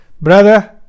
Brother